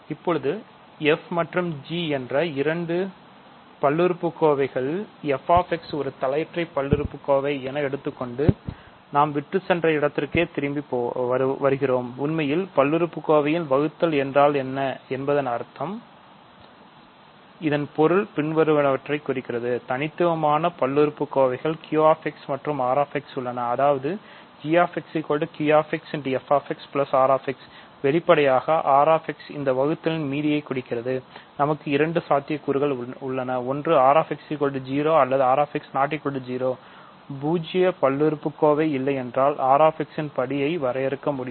இப்போது f மற்றும் g என்ற இரண்டு பல்லுறுப்புக்கோவைகளில் f 0 பூஜ்ஜிய பல்லுறுப்புக்கோவை இல்லையென்றால் r ன் படியை வரையறுக்கலாம்